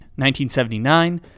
1979